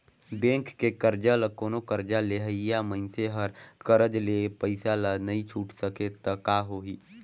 bank के करजा ल कोनो करजा लेहइया मइनसे हर करज ले पइसा ल नइ छुटे सकें त का होही